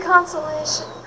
Consolation